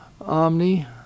Omni